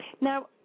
Now